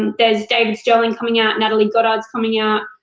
and there's david stirling coming out, natalie goddard's coming out.